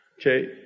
Okay